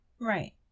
Right